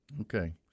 Okay